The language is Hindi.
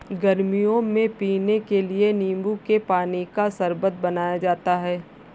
गर्मियों में पीने के लिए नींबू के पानी का शरबत बनाया जाता है